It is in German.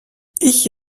ich